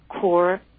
core